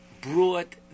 brought